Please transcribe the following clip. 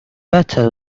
better